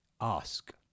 ask